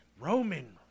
Roman